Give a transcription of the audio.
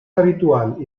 habitual